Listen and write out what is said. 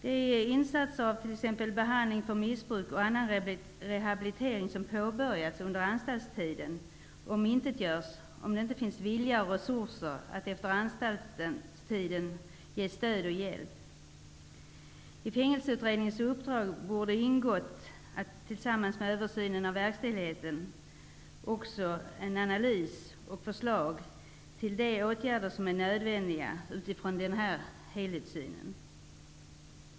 Den behandling mot missbruk och de insatser av annan rehabilitering som påbörjats under anstaltstiden omintetgörs, om det inte finns vilja och resurser att efter anstaltstiden ge stöd och hjälp. I Fängelseutredningens uppdrag borde det i samband med översyn av verksamheten ingå att göra en analys och komma med förslag till åtgärder som är nödvändiga utifrån denna helhetssyn.